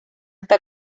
está